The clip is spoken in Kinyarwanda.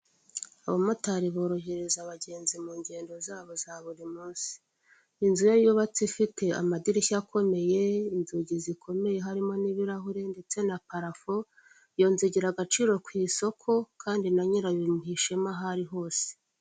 Abamotari borohereza abagenzi mu ngendo zabo za buri munsi, inzu ye yubatse ifite amadirishya akomey,e inzugi zikomeye, harimo n'ibirahure ndetse na parafu yonzengera agaciro ku isoko kandi na nyirayobimuha ishema aho ari hose.